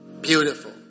Beautiful